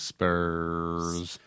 Spurs